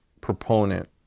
proponent